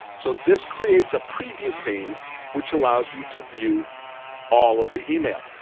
so this creates a preview pane which allows you to view all of the email.